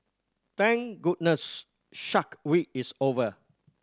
thank goodness Shark Week is over